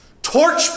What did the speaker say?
Torch